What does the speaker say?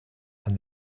and